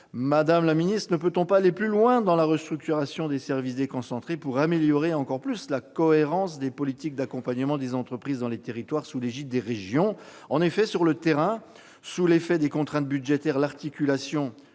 Madame la secrétaire d'État, ne peut-on aller plus loin dans la restructuration des services déconcentrés, pour améliorer davantage encore la cohérence des politiques d'accompagnement des entreprises dans les territoires, sous l'égide des régions ?